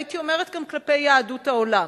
והייתי אומרת שגם כלפי יהדות העולם.